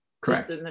Correct